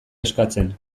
eskatzen